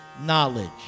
knowledge